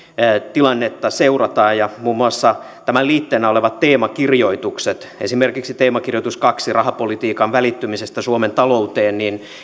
tilannetta seurataan ja muun muassa tämän liitteenä olevat teemakirjoitukset esimerkiksi teemakirjoitus kaksi rahapolitiikan välittyminen suomen talouteen